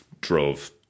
drove